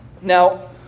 Now